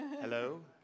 Hello